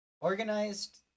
Organized